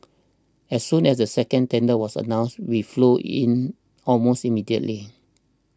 as soon as the second tender was announced we flew in almost immediately